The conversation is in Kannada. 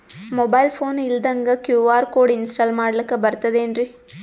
ಮೊಬೈಲ್ ಫೋನ ಇಲ್ದಂಗ ಕ್ಯೂ.ಆರ್ ಕೋಡ್ ಇನ್ಸ್ಟಾಲ ಮಾಡ್ಲಕ ಬರ್ತದೇನ್ರಿ?